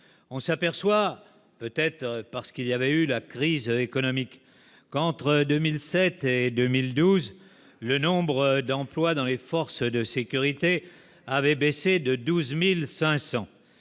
on s'aperçoit, peut-être parce qu'il y avait eu la crise économique qu'entre 2007 et 2012 le nombre d'emplois dans les forces de sécurité avaient baissé de 12500